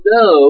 no